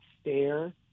stare